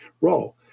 role